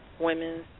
women's